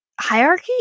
hierarchy